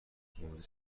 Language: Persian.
موزه